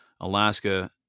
Alaska